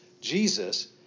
Jesus